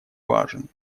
важен